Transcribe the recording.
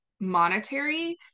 monetary